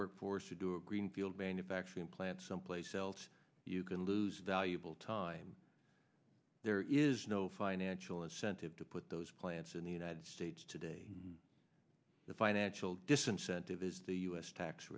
workforce to do a greenfield manufacturing plant someplace else you can lose valuable time there is no financial incentive to put those plants in the united states today the financial disincentive is the u s tax